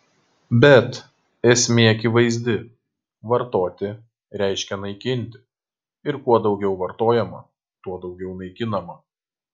bet esmė akivaizdi vartoti reiškia naikinti ir kuo daugiau vartojama tuo daugiau naikinama